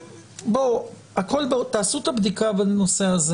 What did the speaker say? תעשו את הבדיקה בנושא הזה